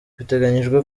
biteganyijwe